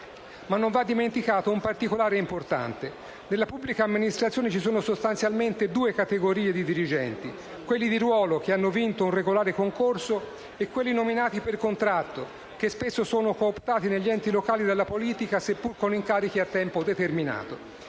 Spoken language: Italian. Ma non va dimenticato un particolare importante, ossia che nella pubblica amministrazione ci sono sostanzialmente due categorie di dirigenti: quelli di ruolo, che hanno vinto un regolare concorso, e quelli nominati per contratto, che spesso sono cooptati negli enti locali dalla politica, seppur con incarichi a tempo determinato.